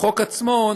והחוק עצמו,